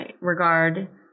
regard